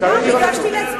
ביקשתי להצביע.